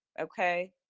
Okay